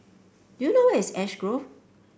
do you know where is Ash Grove